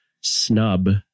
snub